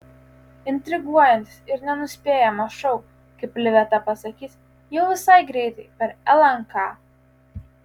intriguojantis ir nenuspėjamas šou kaip liveta pasakys jau visai greitai per lnk